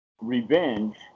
revenge